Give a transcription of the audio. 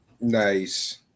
Nice